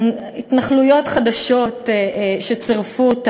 התנחלויות חדשות שצירפו,